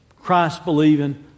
Christ-believing